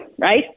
right